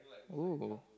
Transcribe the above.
oh